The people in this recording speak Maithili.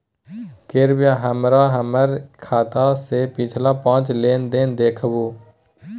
कृपया हमरा हमर खाता से पिछला पांच लेन देन देखाबु